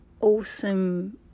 awesome